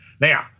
Now